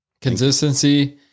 consistency